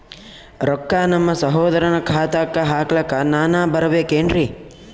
ರೊಕ್ಕ ನಮ್ಮಸಹೋದರನ ಖಾತಾಕ್ಕ ಹಾಕ್ಲಕ ನಾನಾ ಬರಬೇಕೆನ್ರೀ?